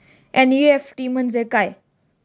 NEFT म्हणजे काय?